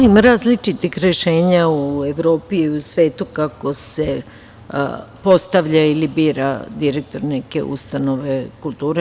Ima različitih rešenja u Evropi i u svetu kako se postavlja ili bira direktor neke ustanove kulture.